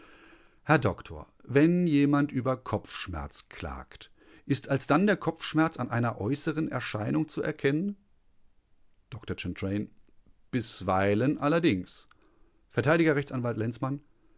herr doktor wenn jemand über kopfschmerz klagt ist alsdann der kopfschmerz an einer äußeren erscheinung zu erkennen dr chantraine bisweilen allerdings vert rechtsanwalt lenzmann